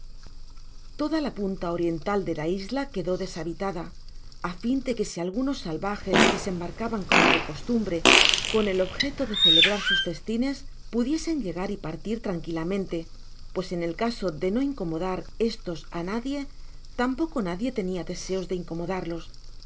toda a punta oriental de la isla quedo deshabitada á fin de que si alganos salvajes desembarcaban como de costumbre con el objeto de celebrar sus festines pudiesen llegar y partir tranquilamente pues en el caso de no incomodar estos á nadie tampoco nadie tenia deseos de incomodarlos